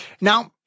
Now